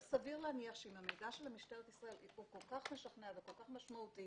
ראשית, אני מתנצל בפני כולם על העיכוב.